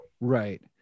Right